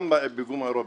גם בפיגום האירופי,